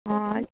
अ